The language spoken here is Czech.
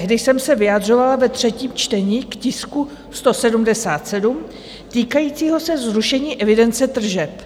Tehdy jsem se vyjadřovala ve třetím čtení k tisku 177 týkajícímu se zrušení evidence tržeb.